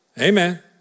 Amen